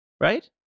right